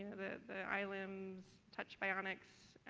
the islands touch bionics.